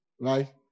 right